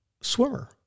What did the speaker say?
swimmer